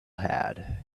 had